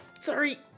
Sorry